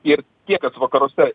ir tie kas vakaruose